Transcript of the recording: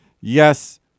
Yes